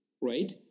right